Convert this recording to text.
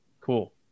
Cool